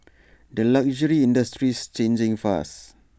the luxury industry's changing fast